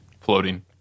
floating